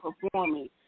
performing